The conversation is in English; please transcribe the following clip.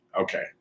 Okay